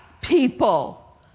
people